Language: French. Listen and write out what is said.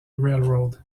railroad